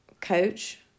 coach